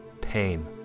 Pain